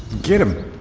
get him!